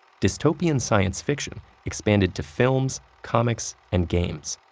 dystopian science fiction expanded to films, comics, and games.